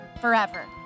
forever